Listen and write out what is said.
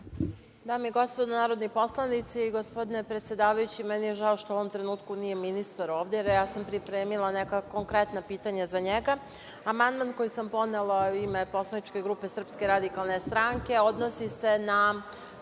Dame i gospodo narodni poslanici, gospodine predsedavajući, meni je žao što u ovom trenutnu nije ministar ovde jer ja sam pripremila neka konkretna pitanja za njega. Amandman koji sam podnela u ime poslaničke grupe SRS odnosi se na